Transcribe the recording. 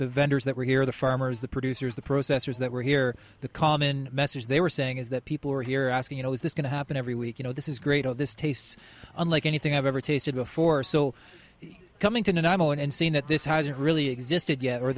the vendors that were here the farmers the producers the processors that were here the common message they were saying is that people are here asking you know is this going to happen every week you know this is great oh this tastes unlike anything i've ever tasted before so coming to a novel and seeing that this hasn't really existed yet or